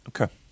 Okay